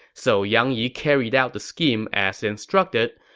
so yang yi carried out the scheme as instructed,